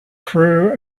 crew